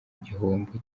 gihombo